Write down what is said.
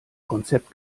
konzept